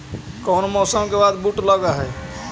कोन मौसम के बाद बुट लग है?